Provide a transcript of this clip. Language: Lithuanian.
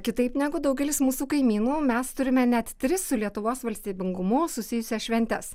kitaip negu daugelis mūsų kaimynų mes turime net tris su lietuvos valstybingumu susijusias šventes